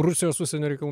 rusijos užsienio reikalų